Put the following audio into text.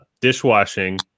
dishwashing